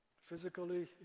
Physically